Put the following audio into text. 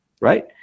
right